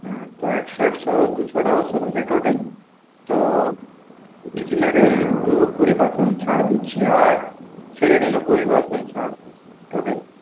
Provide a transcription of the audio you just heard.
হুম তো একশো একশো দুশোটা ওষুধ হল টোটাল তো পেন কিলারে কুড়ি পার্সেন্ট ছাড় দিচ্ছি আর স্যারিডনেও কুড়ি পার্সেন্ট ছাড় টোটাল